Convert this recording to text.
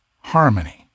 harmony